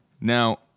Now